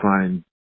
find